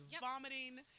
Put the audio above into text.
vomiting